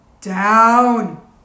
down